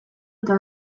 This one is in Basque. eta